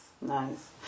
nice